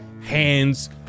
hands